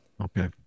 okay